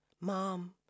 mom